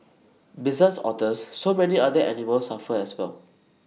besides otters so many other animals suffer as well